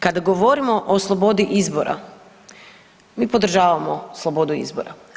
Kada govorimo o slobodi izbora mi podržavamo slobodu izbora.